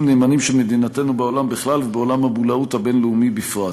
נאמנים של מדינתנו בעולם בכלל ובעולם הבולאות הבין-לאומי בפרט.